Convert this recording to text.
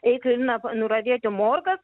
eik na nuravėti morkas